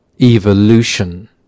evolution